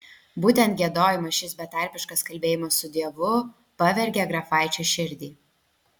būtent giedojimas šis betarpiškas kalbėjimas su dievu pavergė grafaičio širdį